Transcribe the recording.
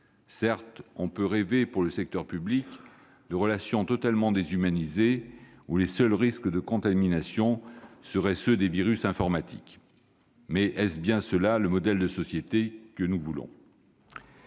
Certes, on peut rêver pour le secteur public de relations totalement déshumanisées où les seuls risques de contamination seraient ceux des virus informatiques. Mais est-ce bien le modèle de société que nous voulons ?